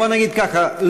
בוא נגיד ככה,